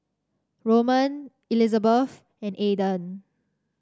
Roman Elizabeth and Aaden